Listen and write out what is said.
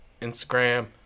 Instagram